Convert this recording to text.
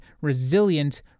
resilient